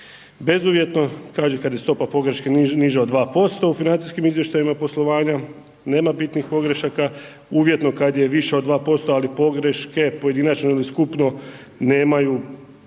bezuvjetno kažu kada je stopa pogreške niža od 2%, u financijskim izvještajima poslovanja, nema bitnijih pogrešaka, uvjetno kada je više od 2% ali pogreške, pojedinačno ili skupno nemaju